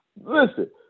Listen